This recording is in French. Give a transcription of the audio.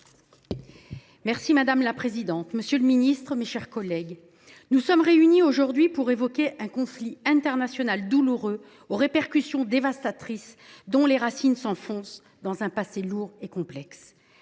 Madame la présidente, monsieur le ministre, mes chers collègues, nous sommes réunis aujourd’hui pour évoquer un conflit international douloureux, aux répercussions dévastatrices, dont les racines s’enfoncent dans un passé lourd et complexe.